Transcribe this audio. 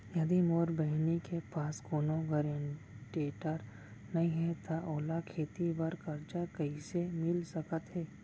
यदि मोर बहिनी के पास कोनो गरेंटेटर नई हे त ओला खेती बर कर्जा कईसे मिल सकत हे?